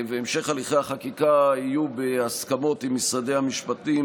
והמשך החקיקה יהיה בהסכמות עם משרדי המשפטים,